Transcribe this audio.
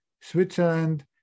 Switzerland